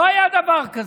לא היה דבר כזה.